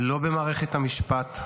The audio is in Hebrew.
לא במערכת המשפט -- אולי.